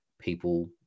people